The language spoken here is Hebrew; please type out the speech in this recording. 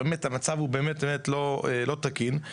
המצב באמת לא תקין.